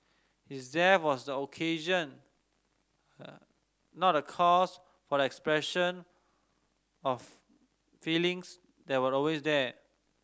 his death was occasion not the cause for the expression of feelings that were always there